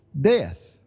death